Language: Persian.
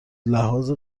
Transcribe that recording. لحاظ